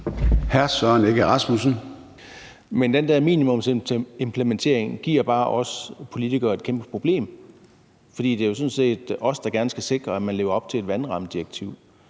Men den der minimumsimplementering giver bare os politikere et kæmpe problem, for det er jo sådan set os, der gerne skal sikre, at man lever op til et vandrammedirektiv.